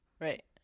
Right